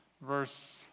verse